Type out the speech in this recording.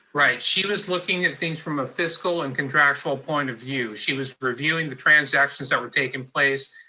right, she was looking at things from a fiscal and contractual point of view. she was reviewing the transactions that were taking place.